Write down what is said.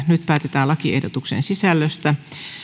nyt päätetään lakiehdotuksen sisällöstä